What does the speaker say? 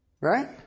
right